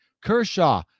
Kershaw